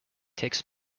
takes